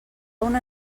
una